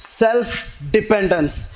self-dependence